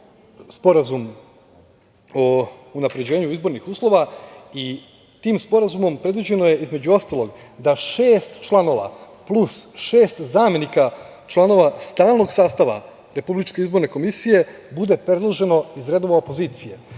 sporazum o unapređenju izbornih uslova i tim sporazumom predviđeno je, između ostalog, da šest članova, plus šest zamenika članova stalnog sastava RIK bude predloženo iz redova opozicije,